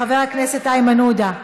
חבר הכנסת איימן עודה,